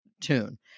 tune